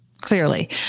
Clearly